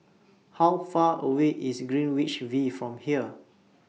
How Far away IS Greenwich V from here